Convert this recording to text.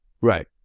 right